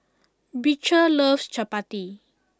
Beecher loves Chappati